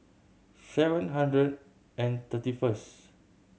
seven hundred and thirty first